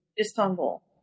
Istanbul